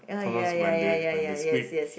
Thomas when they when they speak